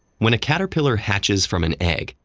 when a caterpillar hatches from an egg,